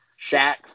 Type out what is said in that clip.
Shaq